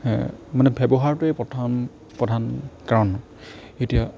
মানে ব্যৱহাৰটোৱে প্ৰধান প্ৰধান কাৰণ এতিয়া